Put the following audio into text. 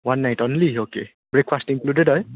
one night only okay breakfast included है